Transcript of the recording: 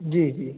जी जी